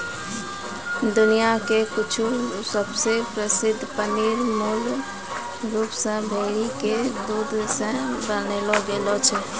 दुनिया के कुछु सबसे प्रसिद्ध पनीर मूल रूप से भेड़ी के दूध से बनैलो गेलो रहै